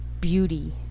beauty